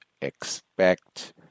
expect